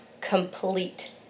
complete